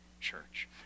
church